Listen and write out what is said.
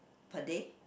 per day